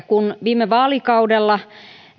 kun viime vaalikaudella